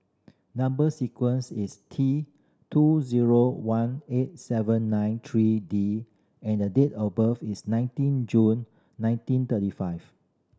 number sequence is T two zero one eight seven nine three D and the date of birth is nineteen June nineteen thirty five